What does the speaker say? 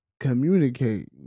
Communicate